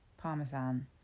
Parmesan